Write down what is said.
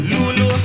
Lulu